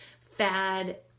fad